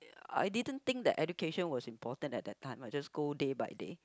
I didn't think that education was important at that time I just go day by day